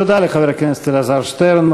תודה לחבר הכנסת אלעזר שטרן.